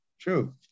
true